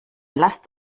lasst